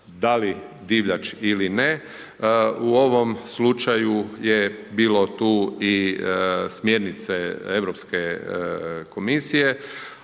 da li divljač ili ne, u ovom slučaju je bilo tu i smjernice Europske komisije